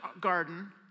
garden